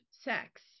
sex